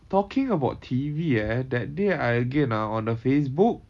talking about T_V eh that day I again ah on facebook